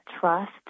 trust